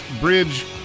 Bridge